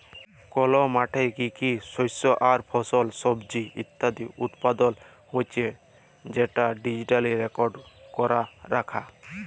call মাঠে কি কি শস্য আর ফল, সবজি ইত্যাদি উৎপাদল হচ্যে সেটা ডিজিটালি রেকর্ড ক্যরা রাখা